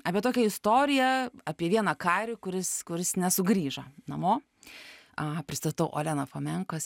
apie tokią istoriją apie vieną karį kuris kuris nesugrįžo namo a pristatau oleną fomenko